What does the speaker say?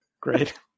Great